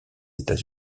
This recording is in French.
états